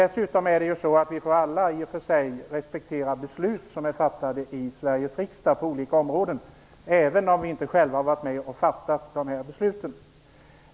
Dessutom måste vi ju alla respektera beslut inom olika områden som är fattade i Sveriges riksdag, även om vi inte själva har varit med och fattat besluten.